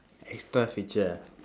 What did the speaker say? extra feature ah